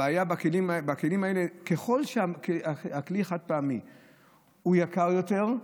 הבעיה בכלים האלה, ככל שהכלי החד-פעמי יקר יותר,